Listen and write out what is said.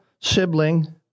sibling